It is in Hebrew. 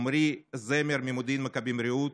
עמרי זמר ממודיעין-מכבים-רעות,